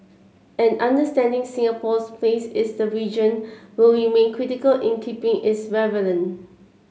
and understanding Singapore's place is the region will remain critical in keeping its relevant